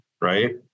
right